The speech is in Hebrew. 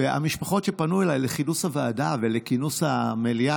והמשפחות שפנו אליי לכינוס הוועדה ולכינוס המליאה,